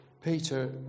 Peter